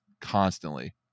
constantly